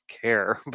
care